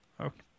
Okay